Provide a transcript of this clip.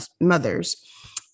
mothers